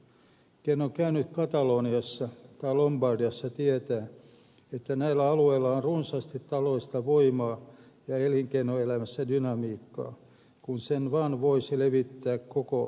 ken on käynyt kataloniassa tai lombardiassa tietää että näillä alueilla on runsaasti taloudellista voimaa ja elinkeinoelämässä dynamiikkaa kunhan sen vaan voisi levittää koko välimeren alueelle